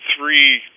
three